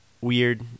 weird